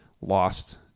lost